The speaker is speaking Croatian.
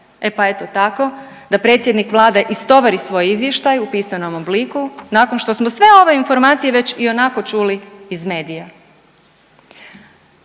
E pa eto tako da predsjednik vlade istovari svoj izvještaj u pisanom obliku nakon što smo sve ove informacije već ionako čuli iz medija.